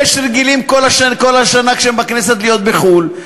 אלה שרגילים כל השנה כשהם בכנסת להיות בחו"ל,